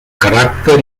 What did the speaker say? caràcter